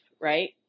right